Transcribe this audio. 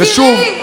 יקירי,